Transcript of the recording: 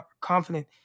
confident